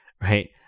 right